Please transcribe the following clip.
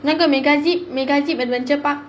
you want to go Megazip Megazip adventure park